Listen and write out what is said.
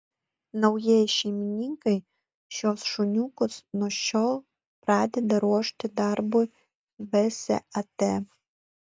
naujieji šeimininkai šiuos šuniukus nuo šiol pradeda ruošti darbui vsat